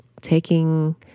taking